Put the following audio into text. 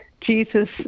Jesus